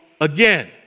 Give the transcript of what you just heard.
again